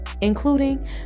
including